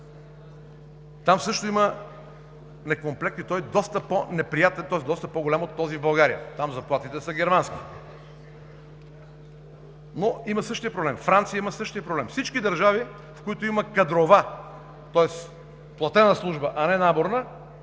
Там също има некомплект и той е доста по-неприятен и по-голям от този в България. Там заплатите са германски, но има същия проблем. Франция има същия проблем. Всички държави, в които има кадрова, тоест платена служба, а не наборна,